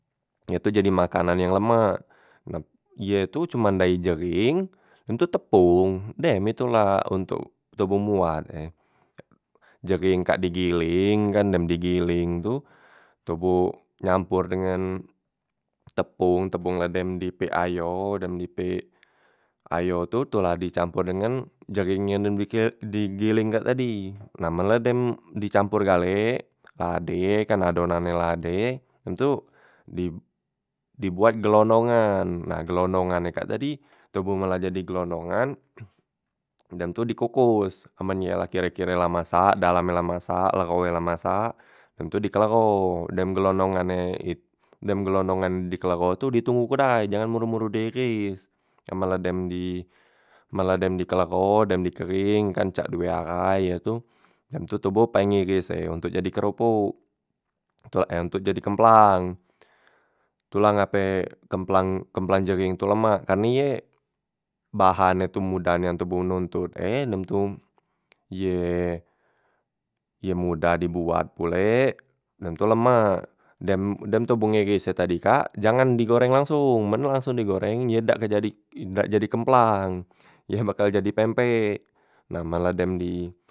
Ye tu jadi makanan yang lemak, nap ye tu cuman dari jering dem tu tepung, dem itu la ontok toboh moat e. Jering kak digiling kan dem digiling tu toboh nyampor dengan tepong tepong la dem di pik ayo dem di pik ayo tu tu la dicampur dengan jering yang dem dikil digiling kak tadi, na men la dem dicampor gale, la ade kan adonan e la ade, dem tu di dibuat gelonongan, nah gelonongan e kak tadi toboh men la jadi gelonongan dem tu dikokos, amen ye la kire- kire la masak, dalemnye la masak, legho e la masak, dem tu dikelegho, dem gelonongan e it dem gelonongan di kelegho tu ditunggu ke dai jangan boro- boro diiris, amen la dem di men la dem di kelegho dem dikereng kan cak due ahai ye tu, dem tu toboh pengeres e ontok jadi keropok, tu la akhirnyo jadi kemplang. Tu la ngape kemplang kemplang jering tu lemak, karne ye bahannyo tu modah nian toboh nontot e, dem tu ye ye modah dibuat pulek dem tu lemak, dem udem toboh ngeres e tadi kak jangan digoreng langsong men nak langsong digoreng ye dak ke jadi dak jadi kemplang, ye bakal jadi pempek, na men la dem di.